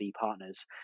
partners